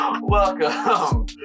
Welcome